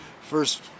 first